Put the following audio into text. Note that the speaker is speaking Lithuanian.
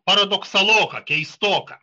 paradoksaloka keistoka